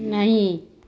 नहि